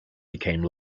became